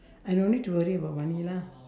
I don't need to worry about money lah